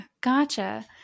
Gotcha